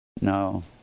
No